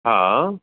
हा